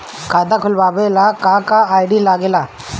खाता खोलवावे ला का का आई.डी लागेला?